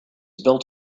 built